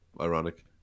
ironic